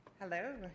Hello